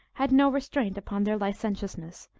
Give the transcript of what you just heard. had no restraint upon their licentiousness,